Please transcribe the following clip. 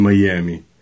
Miami